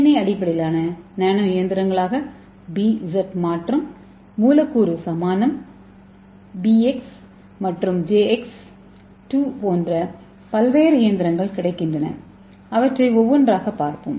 ஏ அடிப்படையிலான நானோ இயந்திரங்களாக B Z மாற்றம் மூலக்கூறு சாமணம் பிஎக்ஸ் மற்றும் ஜேஎக்ஸ் 2 போன்ற பல்வேறு இயந்திரங்கள் கிடைக்கின்றன அவற்றை ஒவ்வொன்றாகப் பார்ப்போம்